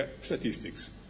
statistics